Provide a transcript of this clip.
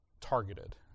targeted